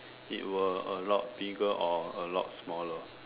it were a lot bigger or a lot smaller